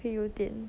会有一点